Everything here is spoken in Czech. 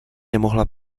nemohla